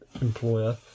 employer